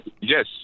Yes